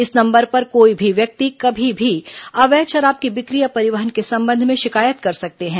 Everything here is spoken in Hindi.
इस नंबर पर कोई भी व्यक्ति कभी भी अवैध शराब की बिक्री या परिवहन के संबंध में शिकायत कर सकते हैं